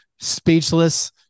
speechless